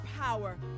power